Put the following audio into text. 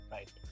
Right